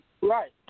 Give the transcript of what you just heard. Right